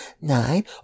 Nine